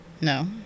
No